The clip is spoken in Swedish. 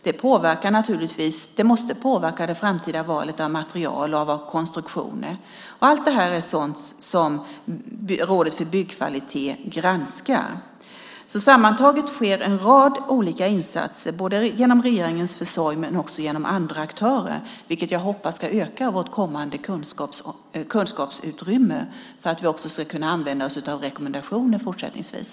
Det måste påverka det framtida valet av material och konstruktioner. Allt detta är sådant som Rådet för Byggkvalitet granskar. Sammantaget sker en rad olika insatser både genom regeringens försorg och genom andra aktörer, vilket jag hoppas ska öka vårt kommande kunskapsutrymme för att vi också ska kunna använda oss av rekommendationer fortsättningsvis.